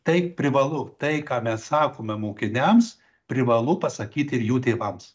tai privalu tai ką mes sakome mokiniams privalu pasakyti ir jų tėvams